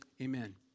amen